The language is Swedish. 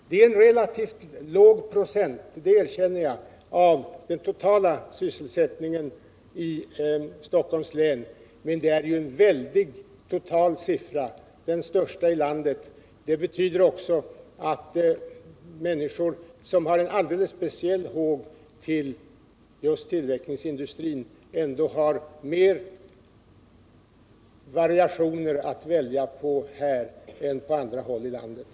Det är relativt få procent — det erkänner jag — av den totala sysselsättningen i Stockholms län, men det är ju en väldig total siffra — den största i landet. Det betyder också att människor som har en alldeles speciell håg för just tillverkningsindustrin ändå har fler variationer att välja på här än på andra håll i vårt land.